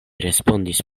respondis